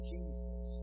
Jesus